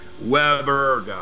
Weber